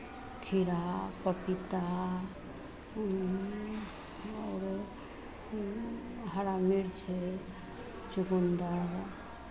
खीरा पपीता और हरा मिर्च चुकंदर